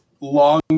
long